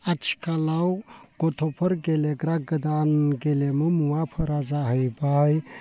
आथिखालाव गथ'फोर गेलेग्रा गोदान गेलेमु मुवाफोरा जाहैबाय